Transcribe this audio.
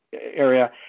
area